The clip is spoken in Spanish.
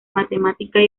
matemáticas